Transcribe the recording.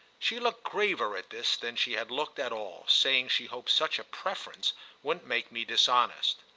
she looked graver at this than she had looked at all, saying she hoped such a preference wouldn't make me dishonest.